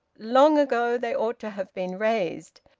long ago they ought to have been raised.